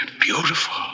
beautiful